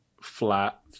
flat